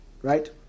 Right